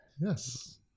Yes